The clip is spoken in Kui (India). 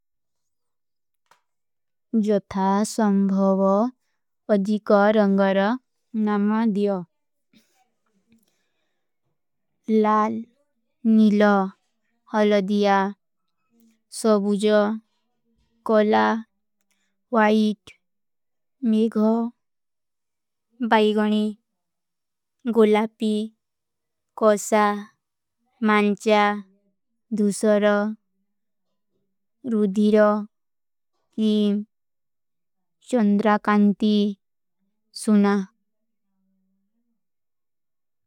ଜୋଥା ସଂଭଵ ପଦିକା ରଂଗର ନମା ଦିଯୋ। ଲାଲ, ନୀଲ, ହଲଦିଯା, ସବୁଜ, କୋଲା, ଵାଇଟ, ମେଗଃ, ବାଈଗଣୀ, ଗୋଲାପୀ, କୋସା, ମାଂଚା, ଦୂସର, ରୂଧୀର, କୀମ, ଚଂଦ୍ରାକାଂତୀ, ସୁନ।